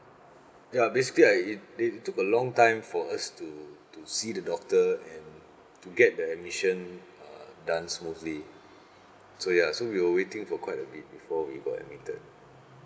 ya basically I they took a long time for us to to see the doctor and to get the admission uh done smoothly so ya so we were waiting for quite a bit before we got admitted